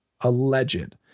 alleged